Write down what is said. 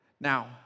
Now